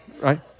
Right